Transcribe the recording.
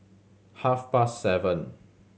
half past seven